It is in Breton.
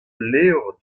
levr